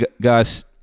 Gus